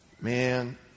Man